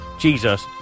Jesus